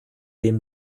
dem